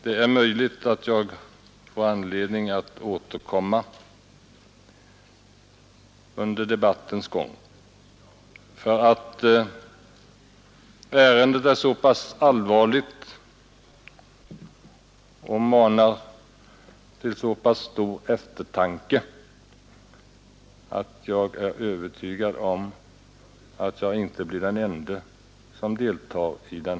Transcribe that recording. Det är möjligt att jag får anledning att återkomma under debattens gång. Ärendet är så pass allvarligt och manar till så pass stor eftertanke att jag är övertygad om att jag inte blir den ende som yttrar mig.